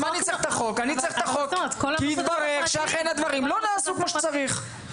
אני צריך את החוק כי התברר שאכן הדברים לא נעשו כמו שצריך.